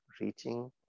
Reaching